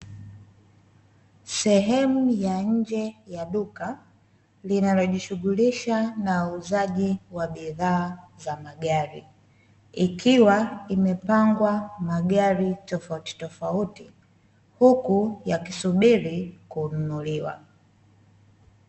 Sehemu ya nje ya duka, linalojishughulisha na uuzaji wa bidhaa za magari, ikiwa imepangwa magari tofautitofauti huku yakisubiri kununuliwa.